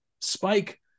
Spike